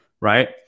Right